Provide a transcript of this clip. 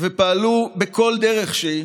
ופעלו בכל דרך שהיא,